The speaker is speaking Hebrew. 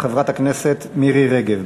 חברת הכנסת מירי רגב.